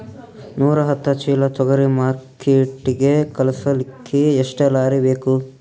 ನೂರಾಹತ್ತ ಚೀಲಾ ತೊಗರಿ ಮಾರ್ಕಿಟಿಗ ಕಳಸಲಿಕ್ಕಿ ಎಷ್ಟ ಲಾರಿ ಬೇಕು?